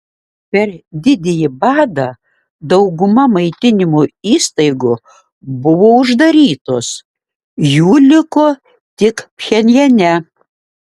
per didįjį badą dauguma maitinimo įstaigų buvo uždarytos jų liko tik pchenjane